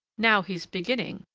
now he's beginning,